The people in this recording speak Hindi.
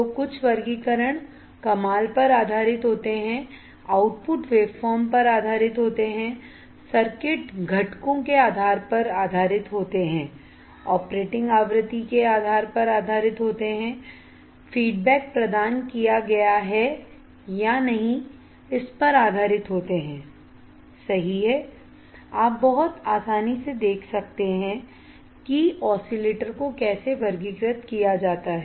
तो कुछ वर्गीकरण कमाल पर आधारित होते हैं आउटपुट वेव फॉर्म पर आधारित होते हैं सर्किट घटकों के आधार पर होते हैं ऑपरेटिंग आवृत्ति के आधार पर होते हैं फीडबैक प्रदान किया गया है या नहीं इस पर आधारित होते हैं सही है आप बहुत आसानी से देख सकते हैं कि ऑसिलेटर को कैसे वर्गीकृत किया जाता है